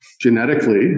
Genetically